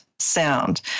sound